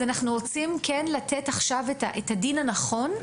אז אנחנו רוצים לתת את הדין הנכון,